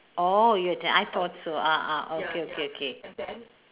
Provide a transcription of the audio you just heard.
orh you att~ I thought so ah ah okay okay okay